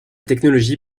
technologie